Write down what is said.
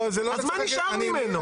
אז מה נשאר ממנו?